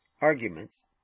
arguments